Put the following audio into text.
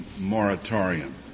moratorium